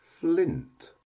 flint